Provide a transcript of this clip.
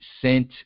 sent